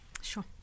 Sure